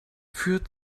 führt